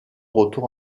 retour